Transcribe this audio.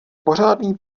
pořádný